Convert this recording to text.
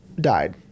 died